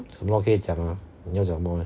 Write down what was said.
什么可以讲啊你要讲什么